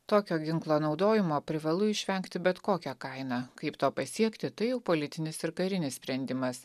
tokio ginklo naudojimo privalu išvengti bet kokia kaina kaip to pasiekti tai jau politinis ir karinis sprendimas